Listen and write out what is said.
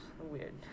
weird